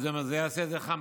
וזה אומר: זה יעשה את זה חם.